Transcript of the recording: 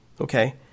okay